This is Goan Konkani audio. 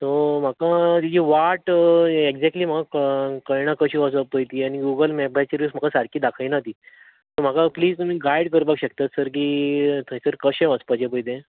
सो म्हाका तेजी वाट एगजेक्ट्ली म्हाका कळना कशी वचप पळय ती आनी गुगल मेपाचेरूय म्हाका सारकी दाखयना ती म्हाका प्लीज तुमी गायड करपाक शकतात सर की थंयसर कशें वचपाचें पळय ते